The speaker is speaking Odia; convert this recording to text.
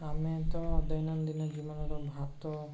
ଆମେ ତ ଦୈନନ୍ଦିନ ଜୀବନର ଭାତ